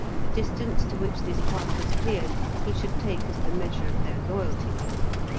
the distance to which this path was cleared he should take as the measure of their loyalty to him.